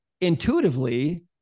intuitively